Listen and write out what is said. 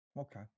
okay